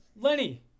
Lenny